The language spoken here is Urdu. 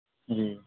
جی